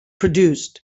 produced